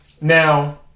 Now